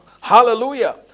hallelujah